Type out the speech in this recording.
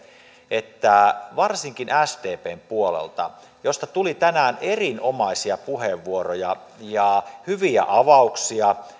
että varsinkin sdpn puolelta josta tuli tänään erinomaisia puheenvuoroja hyviä avauksia